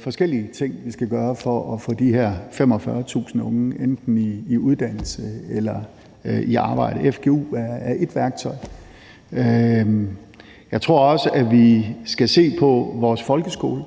forskellige ting, vi skal gøre for at få de her 45.000 unge enten i uddannelse eller i arbejde, og fgu er ét værktøj. Jeg tror også, at vi skal se på vores folkeskole